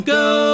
go